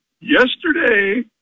yesterday